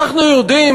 אנחנו יודעים,